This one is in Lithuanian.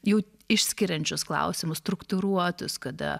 jau išskiriančius klausimus struktūruotus kada